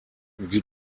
die